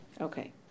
Okay